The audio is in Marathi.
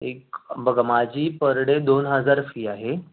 एक बघा माझी पर डे दोन हजार फी आहे